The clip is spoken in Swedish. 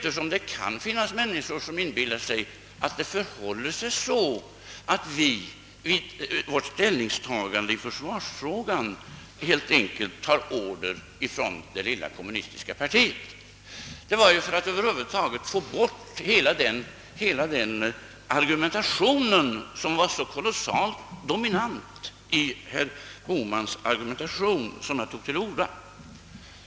Det kan nämligen finnas människor som inbillar sig att vårt ställningstagande i försvarsfrågan har berott på att vi tagit order av det lilla kommunistiska partiet. Det var för att få bort hela det resonemanget, som var så helt dominant i herr Bohmans argumentation, som jag tog till orda.